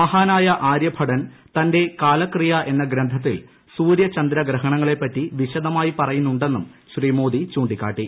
മഹാനായ ആര്യഭടൻ തന്റെ കാലക്രിയ എന്ന ഗ്രന്ഥത്തിൽ സൂര്യ ചന്ദ്ര ഗ്രഹണങ്ങളെപ്പറ്റി വിശദമായി പറയുന്നുന്നും ശ്രീ മോദി ചൂണ്ടിക്കാട്ടി